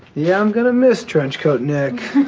yeah, i'm gonna miss trench coat. nick